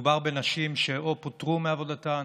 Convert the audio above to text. מדובר בנשים שפוטרו מעבודתן